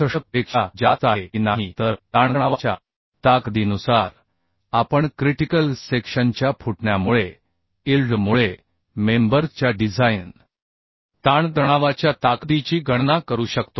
67पेक्षा जास्त आहे की नाही तर ताणतणावाच्या ताकदीनुसार आपण क्रिटिकल सेक्शनच्या फुटण्यामुळे इल्ड मुळे मेंबर च्या डिझाइन ताणतणावाच्या ताकदीची गणना करू शकतो